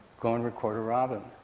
go and record a robin.